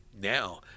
now